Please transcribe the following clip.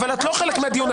אבל את לא חלק מהדיון.